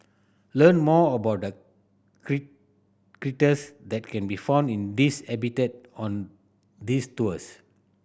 learn more about the critters that can be found in this habitat on these tours